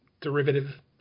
Derivative